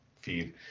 feed